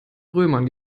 römern